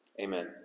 Amen